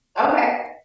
Okay